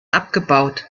abgebaut